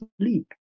sleep